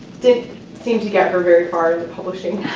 didn't seem to get her very far in the publishing